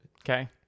okay